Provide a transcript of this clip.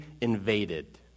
invaded